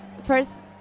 First